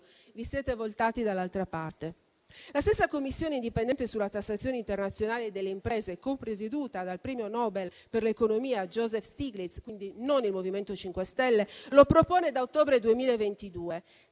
Vi siete voltati dall'altra parte. La stessa Commissione indipendente sulla tassazione internazionale delle imprese, copresieduta dal premio Nobel per l'economia Joseph Stiglitz (quindi non il MoVimento 5 Stelle), propone da ottobre 2022